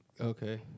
Okay